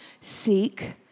seek